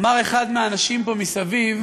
אמר אחד מהאנשים פה מסביב: